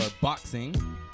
boxing